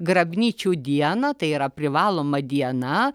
grabnyčių dieną tai yra privaloma diena